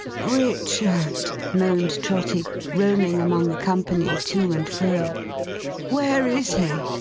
richard, moaned trotty, roaming among the company, to and fro where is he?